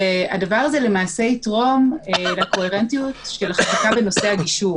הדבר הזה יתרום לקוהרנטיות של כל החקיקה בנושא הגישור